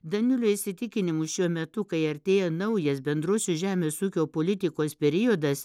daniulio įsitikinimu šiuo metu kai artėja naujas bendrosios žemės ūkio politikos periodas